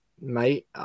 mate